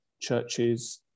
churches